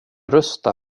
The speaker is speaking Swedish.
rösta